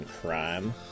crime